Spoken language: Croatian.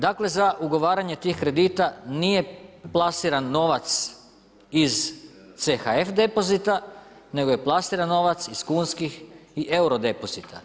Dakle, za ugovaranje tih kredita nije plasiran novac iz CHF depozita, nego je plasiran novac iz kunskih i euro depozita.